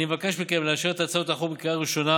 אני מבקש מכם לאשר את הצעות החוק בקריאה הראשונה